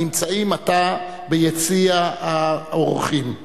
הנמצאים עתה ביציע האורחים.